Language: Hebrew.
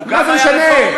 הוא גם היה רפורמי?